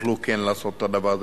יוכלו כן לעשות את הדבר הזה.